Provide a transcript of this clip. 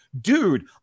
dude